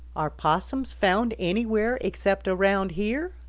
are possums found anywhere except around here?